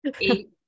eight